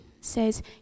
says